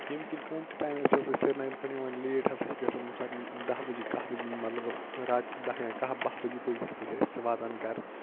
ییٚمہِ کِنۍ کُنہِ تہِ ٹایمہٕ أسۍ ہَسا چھِ سرینَگر پیٹھ یِوان لیٹ ہَسا چھُ گژھان ییٚمہِ ساتہٕ دَہ بَجے کاہ بَجے مَطلَب راتچہِ دَہہِ یا کاہ باہ بَجے بٲگۍ ہَسا چھِ اَسہِ واتان گَرٕ